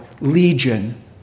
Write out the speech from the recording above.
Legion